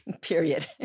period